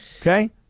Okay